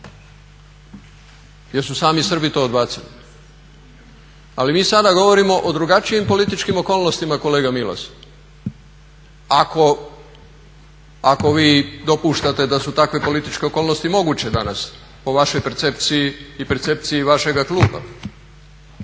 jer su sami Srbi to odbacili. Ali mi sada govorimo o drugačijim političkim okolnostima kolega Milas. Ako vi dopuštate da su takve političke okolnosti moguće danas po vašoj percepciji i percepciji vašega kluba.